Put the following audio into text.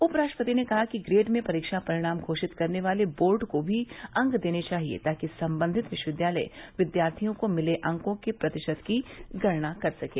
उप राष्ट्रपति ने कहा कि ग्रेड में परीक्षा परिणाम घोषित करने वाले बोर्ड को अंक भी देने चाहिए ताकि संबंधित विश्वविद्यालय विद्यार्थियों को मिले अंकों के प्रतिशत की गणना कर सकें